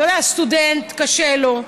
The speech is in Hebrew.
אתה יודע, סטודנט, קשה לו.